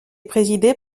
présidée